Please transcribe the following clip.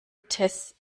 tess